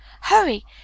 Hurry